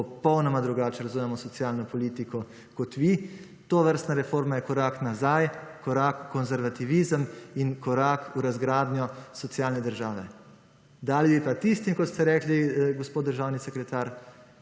popolnoma drugače razumemo socialno politiko kot vi. Tovrstna reforma je korak nazaj, korak konservativizma in korak v razgradnjo socialne države. Dali bi pa tistim kot ste rekli državni sekretar,